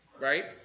right